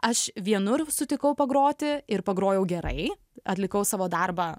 aš vienur sutikau pagroti ir pagrojau gerai atlikau savo darbą